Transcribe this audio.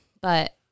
but-